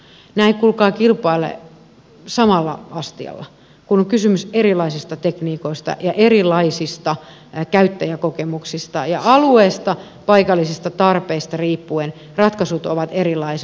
nämä eivät kuulkaa kilpaile samalla astialla kun on kysymys erilaisista tekniikoista ja erilaisista käyttäjäkokemuksista ja alueista ja paikallisista tarpeista riippuen ratkaisut ovat erilaiset